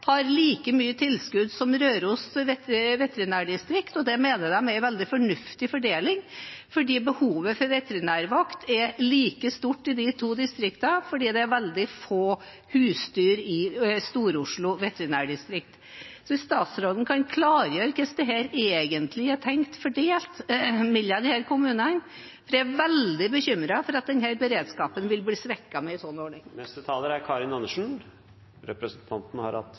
har like mye i tilskudd som Røros veterinærdistrikt. Det mener de er en veldig fornuftig fordeling, for behovet for veterinærvakt er like stort i de to distriktene fordi det er veldig få husdyr i Stor-Oslo veterinærdistrikt. Kan statsråden klargjøre hvordan dette egentlig er tenkt fordelt mellom disse kommunene? Jeg er veldig bekymret for at denne beredskapen vil bli svekket med en sånn ordning. Representanten Karin Andersen